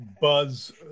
buzz